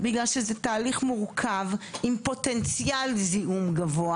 בגלל שזה תהליך מורכב עם פוטנציאל זיהום גבוה